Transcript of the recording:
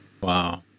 Wow